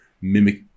mimic